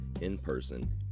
in-person